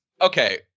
Okay